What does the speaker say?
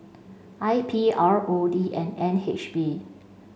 I P R O D and N H B